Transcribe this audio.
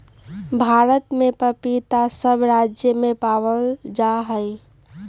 भारत में पपीता सब राज्य में पावल जा हई